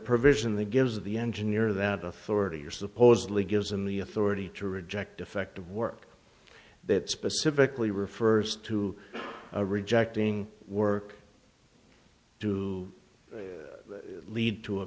provision they give the engineer that authority you're supposedly gives him the authority to reject defective work that specifically refers to a rejecting work to lead to a